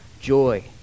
joy